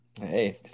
Hey